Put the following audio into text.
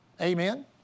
Amen